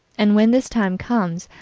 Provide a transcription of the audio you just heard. and when this time comes,